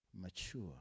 mature